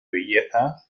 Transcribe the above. belleza